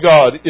God